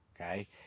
okay